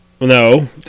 no